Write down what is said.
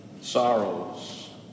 sorrows